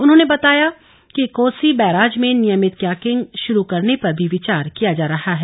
उन्होंने बताया कि कोसी बैराज में नियमित कयाकिंग शुरू करने पर भी विचार किया जा रहा है